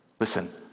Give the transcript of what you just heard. Listen